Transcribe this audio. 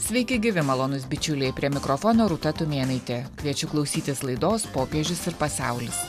sveiki gyvi malonūs bičiuliai prie mikrofono rūta tumėnaitė kviečiu klausytis laidos popiežius ir pasaulis